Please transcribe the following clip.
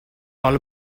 all